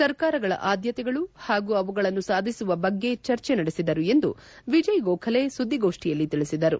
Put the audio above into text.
ಸರ್ಕಾರಗಳ ಆದ್ಯತೆಗಳು ಮತ್ತು ಅವುಗಳನ್ನು ಸಾಧಿಸುವ ಬಗ್ಗೆ ಚರ್ಚೆ ನಡೆಸಿದರು ಎಂದು ವಿಜಯ್ ಗೋಖಲೆ ಸುದ್ದಿಗೋಷ್ಠಿಯಲ್ಲಿ ತಿಳಿಸಿದರು